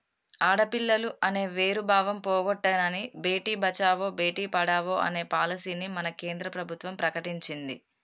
ఆడపిల్లలు అనే వేరు భావం పోగొట్టనని భేటీ బచావో బేటి పడావో అనే పాలసీని మన కేంద్ర ప్రభుత్వం ప్రకటించింది